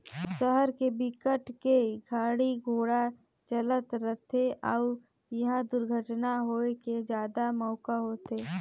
सहर के बिकट के गाड़ी घोड़ा चलत रथे अउ इहा दुरघटना होए के जादा मउका होथे